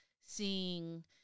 seeing